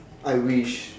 I wish